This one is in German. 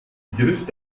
begriff